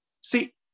see